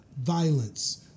violence